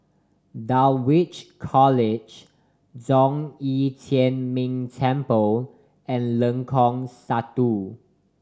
Dulwich College Zhong Yi Tian Ming Temple and Lengkong Satu